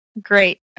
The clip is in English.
Great